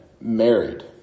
married